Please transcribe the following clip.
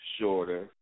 Shorter